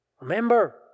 Remember